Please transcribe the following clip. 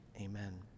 Amen